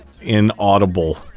inaudible